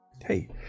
Hey